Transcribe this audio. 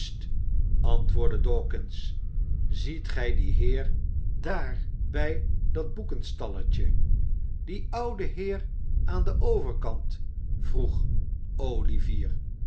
antwoordde dawkins ziet gij dien heer daar bij dat boekenstalletje dien ouden heer aan den overkant vroeg olivier